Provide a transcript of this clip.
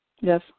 Yes